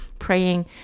Praying